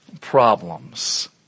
problems